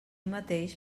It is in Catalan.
mateix